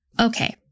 Okay